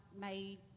made